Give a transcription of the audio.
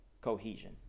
cohesion